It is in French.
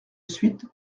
suite